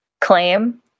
claim